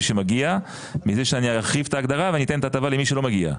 שמגיע מזה שאני ארחיב את ההגדרה ואני אתן למי שלא מגיע.